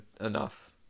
enough